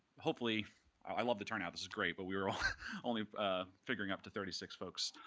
hopefully i love the turnout. this is great. but we were ah only ah figuring up to thirty six folks,